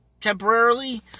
temporarily